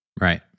Right